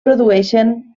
produeixen